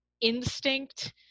instinct